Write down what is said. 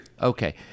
okay